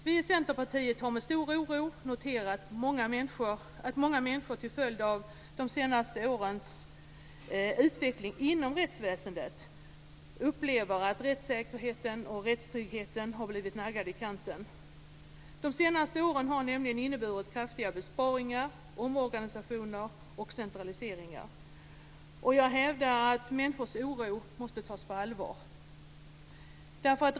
Vi i Centerpartiet har med stor oro noterat att många människor till följd av de senaste årens utveckling inom rättsväsendet upplever att rättssäkerheten och rättstryggheten har blivit naggad i kanten. De senaste åren har nämligen inneburit kraftiga besparingar, omorganisationer och centraliseringar. Jag hävdar att människors oro måste tas på allvar.